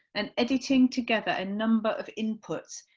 and editing together a number of inputs,